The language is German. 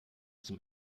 zum